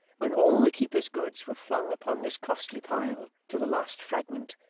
when all the keeper's goods were flung upon this costly pile, to the last fragment,